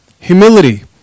Humility